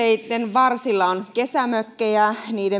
varsilla on kesämökkejä